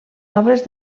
obres